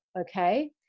Okay